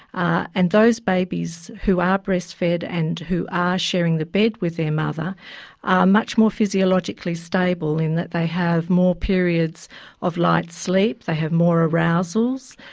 and those babies who are breastfed and who are sharing the bed with their mother are much more physiologically stable in that they have more periods of light sleep, they have more arousals,